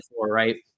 right